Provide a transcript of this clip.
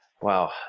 Wow